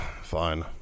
Fine